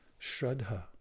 Shraddha